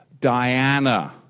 Diana